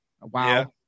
Wow